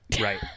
right